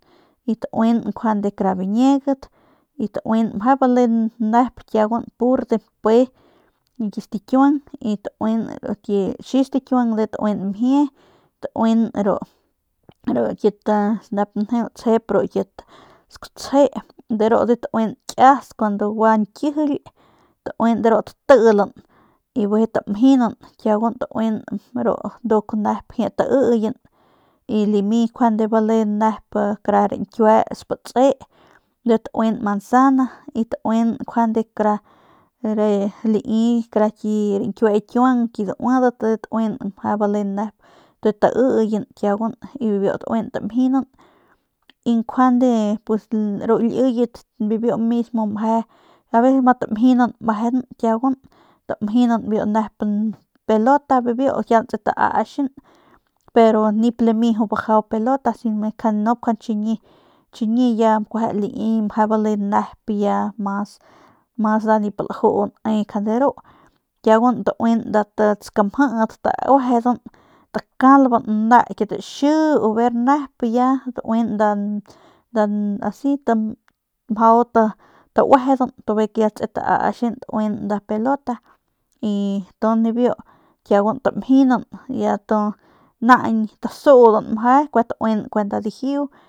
Y tainan njuande kara biñiegat y tauinan meje bale nep tauinan kiaguan pur de mpe ki stakiuang y ru ki raxi stikiuang ndujuy tain mjie tauin ru kit nep njeu tsjep ru kit skutsji ru ndujuy tauinan kias kuando gua ñkijilat tauin de ru tatiliny bijiy tamjinan tauinan ru jie nep taiiyen y lame njuande bale kara rañkiue spatse ndujuy ru tauinan manzana y tauinan kara re lai kara ki rañkiue kiuang ki dauadat ndujuy tauin mejemeje bale nep taiiyen kiaguan bijiy biu tauinan tamjinan y njuande ru liyet bijiy biu mismo je aveces ma tamjinan meje kiaguan tamjinan biu nep pelota bijiy biu tse taachan pero nip jut pe lami bajau pelotas nup jut njuande chiñi chiñi ya kueje lai bale nep ya mas nip laju nenjuande ru kiaguan tauejedan nda t skamjiit tauejedan takalban ne kit xii o ver nep ya tauin nda t asi bijiy ya mjau tauejedan y bijiy ya tse taaxan tauin nda pelota y tu nibiu kiagan tamjinan y ya naañ tasuudan meje y naañ tauin dijiu.